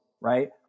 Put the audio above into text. right